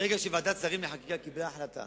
ברגע שוועדת השרים לחקיקה קיבלה החלטה